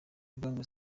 gang